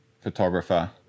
photographer